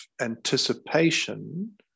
anticipation